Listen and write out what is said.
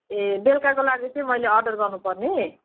ए बेलुकाको लागि चाहिँ मैले अर्डर गर्नुपर्ने